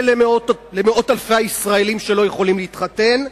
למאות אלפי הישראלים שלא יכולים להתחתן,